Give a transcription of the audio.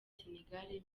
senegal